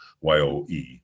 y-o-e